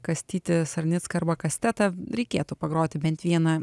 kastytį sarnicką arba kastetą reikėtų pagroti bent vieną